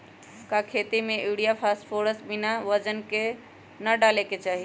का खेती में यूरिया फास्फोरस बिना वजन के न डाले के चाहि?